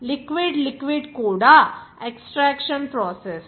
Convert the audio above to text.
liquid liquid కూడా extraction process